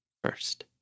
first